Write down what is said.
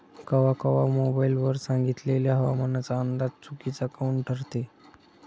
कवा कवा मोबाईल वर सांगितलेला हवामानाचा अंदाज चुकीचा काऊन ठरते?